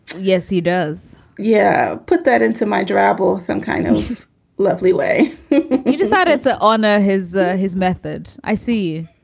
yes, he does. yeah. put that into my drabble some kind of lovely way he decided to honor his his method. i see.